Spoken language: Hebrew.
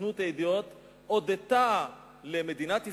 סוכנות הידיעות הודתה למדינת ישראל,